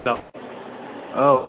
हेल' औ